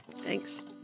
Thanks